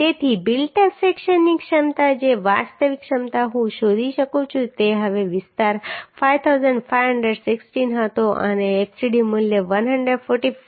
તેથી built up સેક્શનની ક્ષમતા જે વાસ્તવિક ક્ષમતા હું શોધી શકું છું તે હવે વિસ્તાર 5516 હતો અને fcd મૂલ્ય 145